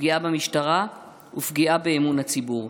פגיעה במשטרה ופגיעה באמון הציבור,